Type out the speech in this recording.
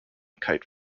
kite